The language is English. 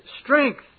strength